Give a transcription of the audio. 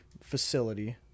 facility